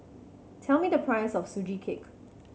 tell me the price of Sugee Cake